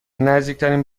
نزدیکترین